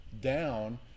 down